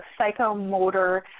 psychomotor